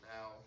Now